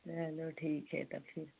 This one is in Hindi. चलो ठीक है तब फिर